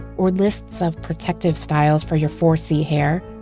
or lists of protective styles for your four c hair.